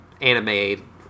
anime